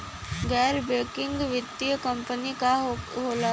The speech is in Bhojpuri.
गैर बैकिंग वित्तीय कंपनी का होला?